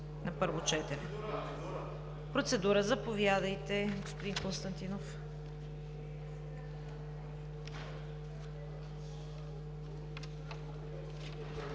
на първо четене. Процедура – заповядайте, господин Константинов.